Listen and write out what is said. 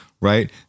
right